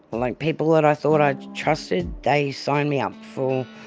like, people that i thought i trusted. they signed me up for,